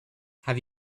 have